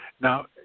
now